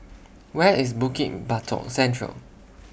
Where IS Bukit Batok Central